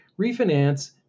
refinance